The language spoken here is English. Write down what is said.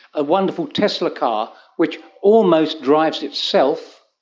a wonderful tesla car which almost drives itself.